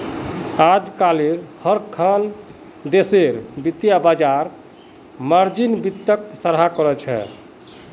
अजकालित हर एकखन देशेर वित्तीय बाजार मार्जिन वित्तक सराहा कर छेक